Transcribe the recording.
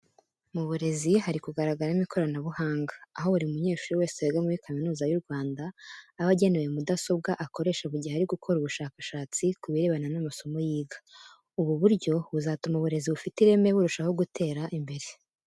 Mu burezi hari kugaragaramo ikoranabuhanga, aho buri munyeshuri wese wiga muri Kaminuza y'u Rwanda aba agenewe mudasobwa akoresha mu gihe ari gukora ubushakashatsi ku birebana n'amasomo yiga. Ubu buryo buzatuma uburezi bufite ireme burushaho gutera imbere.